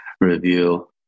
review